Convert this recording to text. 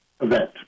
event